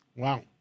Wow